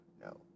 no